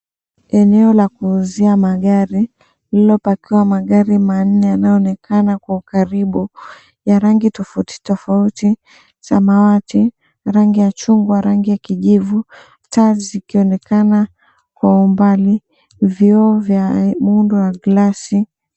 Eneo la kuuzia magari lililopakiwa magari manne yanayoonekana kwa ukaribu ya rangi tofauti tofauti, samawati, rangi ya chungwa, rangi ya kijivu. Taa zikionekana kwa umbali, vioo vya muundo wa glasi.